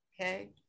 okay